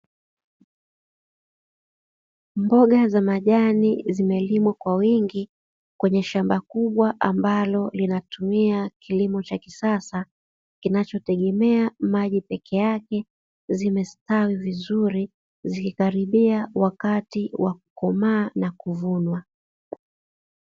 Mboga za majani zimelimwa kwa wingi kwenye shamba kubwa ambalo linatumia kilimo cha kisasa kinachotegemea maji pekee yake, zimestawi vizuri zikikaribia wakati wa kukomaa na kuvunwa.